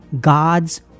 God's